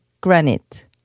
granite